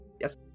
Yes